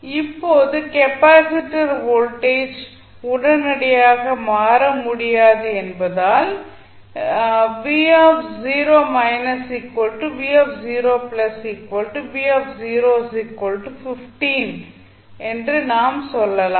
இப்போது capacitor voltage உடனடியாக மாற முடியாது என்பதால் நாம் சொல்லலாம்